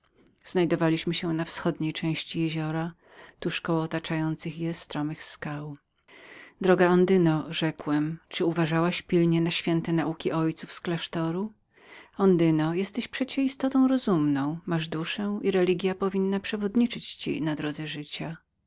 znajdowaliśmy się na wschodniej części jeziora tuż około otaczających je stromych skał droga ondyno rzekłem uważałażeś pilnie na święte nauki ojców z klasztoru ondyno jesteś przecie istotą rozumną masz duszę i religia powinna przewodniczyć ci na drodze życia